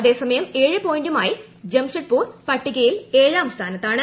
അതേസമയം ഏഴു പോയിന്റുമായി ജംഷഡ്പൂർ പട്ടികയിൽ ഏഴാം സ്ഥാനത്താണ്